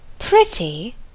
Pretty